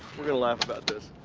we're gonna laugh about this.